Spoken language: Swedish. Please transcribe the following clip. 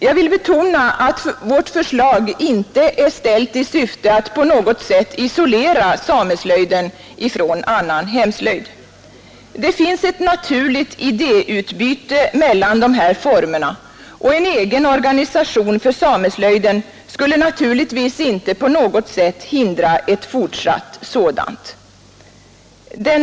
Jag vill betona att vårt förslag inte är framställt i syfte att på något sätt isolera sameslöjden från annan hemslöjd. Det finns ett naturligt idéutbyte mellan dessa former av slöjd, och en egen organisation för sameslöjden skulle naturligtvis inte på något sätt hindra ett fortsatt sådant idéutbyte.